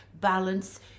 balance